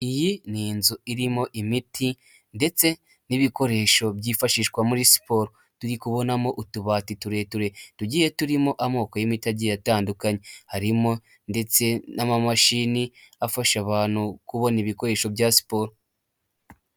Iyi ni inzu irimo imiti ndetse n'ibikoresho byifashishwa muri siporo turi kubonamo utubati turerure tugiye turimo amoko y'imiti agiye atandukanye, harimo ndetse n'amamashini afasha abantu kubona ibikoresho bya siporo.